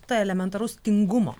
to elementaraus tingumo